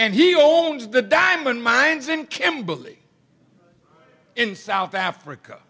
and he owns the diamond mines in kimberley in south africa